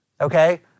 okay